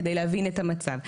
כדי להבין את המצב.